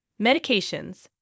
medications